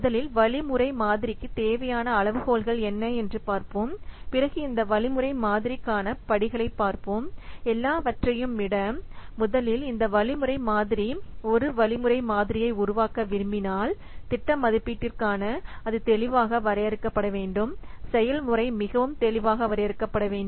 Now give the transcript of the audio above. முதலில் வழிமுறை மாதிரிக்கு தேவையான அளவுகோல்கள் என்ன என்று பார்ப்போம் பிறகு இந்த வழிமுறை மாதிரி காண படிகளை பார்ப்போம் எல்லாவற்றையும் விட முதலில் இந்த வழிமுறை மாதிரி ஒரு வழிமுறை மாதிரியை உருவாக்க விரும்பினால் திட்ட மதிப்பீட்டிற்கான அது தெளிவாக வரையறுக்கப்பட வேண்டும் செயல்முறை மிகவும் தெளிவாக வரையறுக்கப்பட வேண்டும்